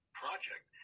project